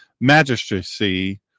magistracy